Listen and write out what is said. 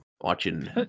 watching